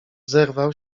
zerwał